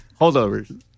Holdovers